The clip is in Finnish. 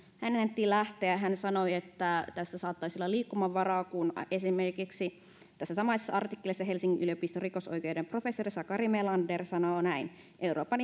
ennätti lähteä hän sanoi että tässä saattaisi olla liikkumavaraa kun esimerkiksi tässä samaisessa artikkelissa helsingin yliopiston rikosoikeuden professori sakari melander sanoo näin euroopan